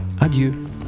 adieu